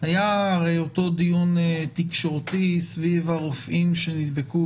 היה הרי אותו דיון תקשורתי סביב הרופאים שנדבקו